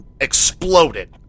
exploded